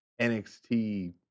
NXT